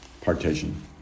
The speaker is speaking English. partition